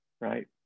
right